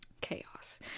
chaos